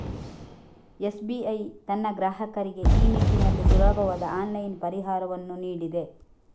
SBI ತನ್ನ ಗ್ರಾಹಕರಿಗೆ ಈ ನಿಟ್ಟಿನಲ್ಲಿ ಸುಲಭವಾದ ಆನ್ಲೈನ್ ಪರಿಹಾರವನ್ನು ನೀಡಿದೆ